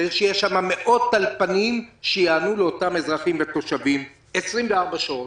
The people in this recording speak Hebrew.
צריך שיהיו שם מאות טלפנים שיענו לאותם אזרחים ותושבים 24 שעות,